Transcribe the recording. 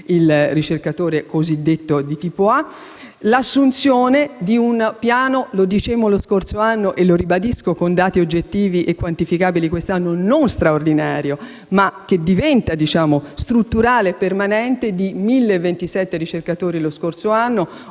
ricercatore di tipo A; l'assunzione di un piano - lo dicemmo lo scorso anno e lo ribadisco con dati oggettivi e quantificabili quest'anno - non straordinario, ma che diventa strutturale e permanente, di 1.027 ricercatori lo scorso anno